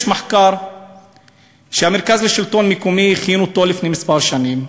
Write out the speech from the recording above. יש מחקר שמרכז השלטון המקומי הכין לפני כמה שנים,